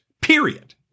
Period